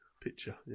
picture